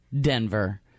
Denver